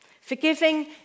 Forgiving